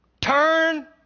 Turn